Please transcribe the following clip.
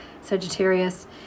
sagittarius